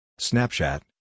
Snapchat